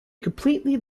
completely